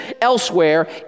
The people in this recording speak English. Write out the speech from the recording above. elsewhere